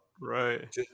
right